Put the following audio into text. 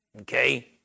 Okay